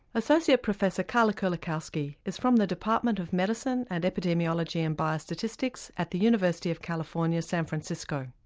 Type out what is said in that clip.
associate professor karla kerlikowske is from the department of medicine and epidemiology and biostatistics at the university of california, san francisco.